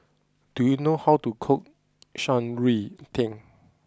do you know how to cook Shan Rui Tang